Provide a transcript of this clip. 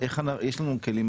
יש לנו כלים